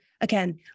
again